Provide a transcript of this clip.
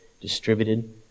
distributed